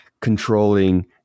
controlling